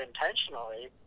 intentionally